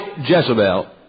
Jezebel